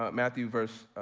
um matthew verse,